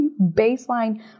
baseline